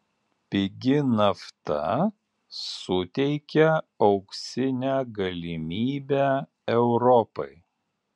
pigi nafta suteikia auksinę galimybę europai